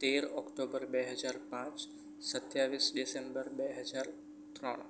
તેર ઓક્ટોબર બે હજાર પાંચ સત્યાવીસ ડિસેમ્બર બે હજાર ત્રણ